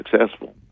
successful